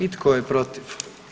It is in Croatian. I tko je protiv?